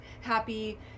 happy